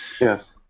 Yes